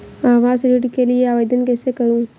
आवास ऋण के लिए आवेदन कैसे करुँ?